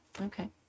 Okay